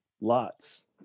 Lots